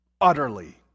utterly